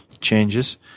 changes